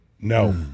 No